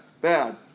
bad